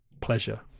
pleasure